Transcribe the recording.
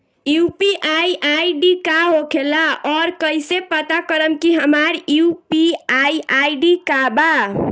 UPI ID का होखेला और कईसे पता करम की हमार यू.पी.आई आई.डी का बा?